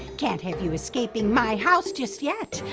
can't have you escaping my house just yet.